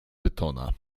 pytona